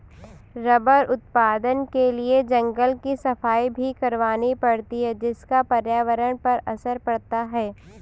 rubber उत्पादन के लिए जंगल की सफाई भी करवानी पड़ती है जिसका पर्यावरण पर असर पड़ता है